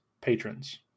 patrons